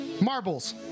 marbles